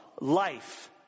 life